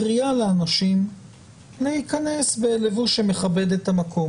קריאה לאנשים להיכנס בלבוש שמכבד את המקום.